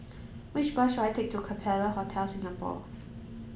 which bus should I take to Capella Hotel Singapore